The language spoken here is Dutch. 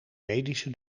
medische